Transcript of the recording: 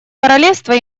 королевство